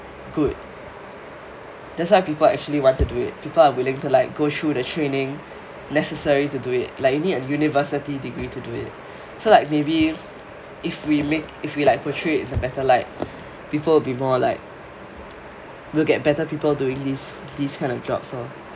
good that's why people actually want to do it people are willing to like go through the training necessary to do it like you need a university degree to do it so like maybe if we make if we like portrayed in a better light people will be more like we'll get better people doing these these kind of jobs lor